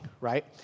right